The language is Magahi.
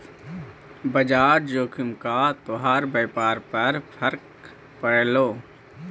बाजार जोखिम का तोहार व्यापार पर क्रका पड़लो